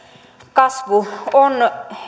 kasvu on